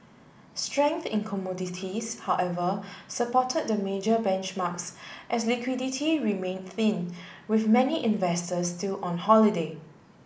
strength in commodities however supported the major benchmarks as liquidity remained thin with many investors still on holiday